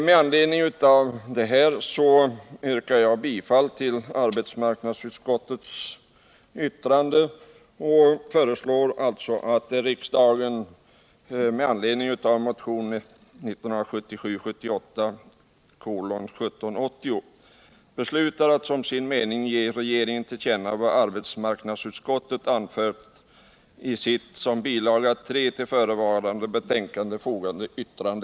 Med anledning av det sagda yrkar jag bifall till arbetsmarknadsutskottets yttrande och föreslår att riksdagen med anledning av motionen 1977 78:8 y)